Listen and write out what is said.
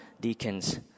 deacons